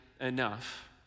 enough